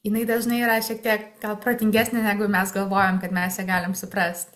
jinai dažnai yra šiek tiek gal protingesnė negu mes galvojam kad mes ją galim suprast